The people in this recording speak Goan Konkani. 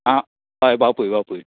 आं हय बापूय बापूय